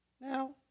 Now